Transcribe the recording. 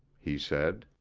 he said.